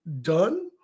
done